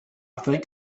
think